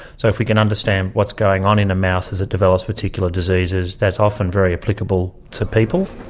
so if we can understand what's going on in a mouse as it develops particular diseases, that's often very applicable to people.